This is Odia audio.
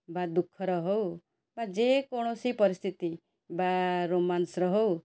ବା ଦୁଃଖର ହଉ ବା ଯେକୌଣସି ପରିସ୍ଥିତି ବା ରୋମାନ୍ସର ହଉ